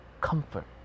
Comfort